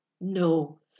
no